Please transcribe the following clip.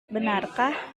benarkah